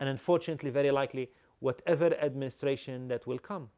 and unfortunately very likely whatever administration that will come